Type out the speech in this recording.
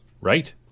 right